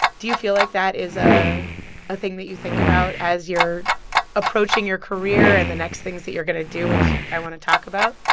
do you feel like that is a thing that you think about as you're approaching your career and the next things that you're going to do, which i want to talk about?